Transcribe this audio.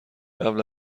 قبل